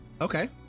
Okay